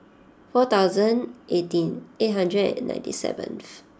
four thousand eighteen eight hundred and ninety seventh